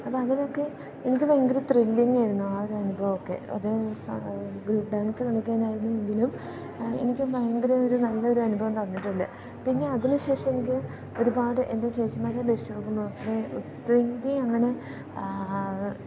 അപ്പോൾ അതിനൊക്കെ എനിക്ക് ഭയങ്കര ത്രില്ലിങ്ങ് ആയിരുന്നു ആ ഒരു അനുഭവം ഒക്കെ അത് ഗ്രൂപ്പ് ഡാൻസ് കളിക്കാനായിരുന്നുവെങ്കിലും എനിക്ക് ഭയങ്കര ഒരു നല്ല ഒരു അനുഭവം തന്നിട്ടുണ്ട് പിന്നെ അതിനുശേഷം എനിക്ക് ഒരുപാട് എൻ്റെ ചേച്ചിമാരെയപേക്ഷിച്ച് നോക്കുമ്പോൾ ഒത്തിരി ഒത്തിരിയങ്ങനെ